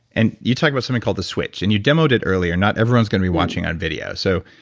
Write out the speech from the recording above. and you talk about something called the switch. and you demoed it earlier. not everyone is going to be watching on video so,